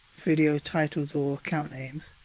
video titles or campaigns.